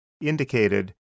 indicated